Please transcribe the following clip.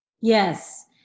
Yes